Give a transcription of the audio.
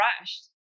rushed